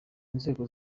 inzego